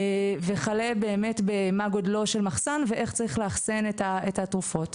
וכלה במה גודלו של מחסן ואיך צריך לאחסן את התרופות.